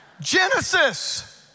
Genesis